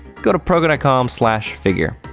go to proko com figure.